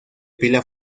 pila